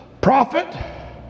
Prophet